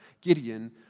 Gideon